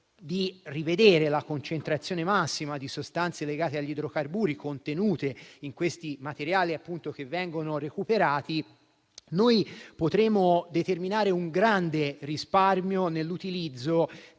rivedere la concentrazione massima di sostanze legate agli idrocarburi contenute in questi materiali che vengono recuperati e potremo determinare un grande risparmio nell'utilizzo